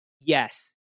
Yes